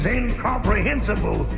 incomprehensible